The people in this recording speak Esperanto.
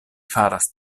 faras